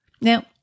Now